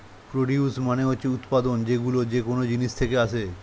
produce মানে হচ্ছে উৎপাদন, যেইগুলো যেকোন জিনিস থেকে আসে